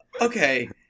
Okay